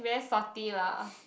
very salty lah